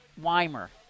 Weimer